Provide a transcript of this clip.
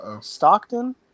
Stockton